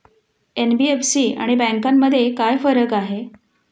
NBFC आणि बँकांमध्ये काय फरक आहे?